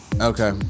Okay